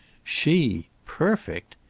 she! perfect!